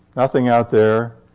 nothing out there.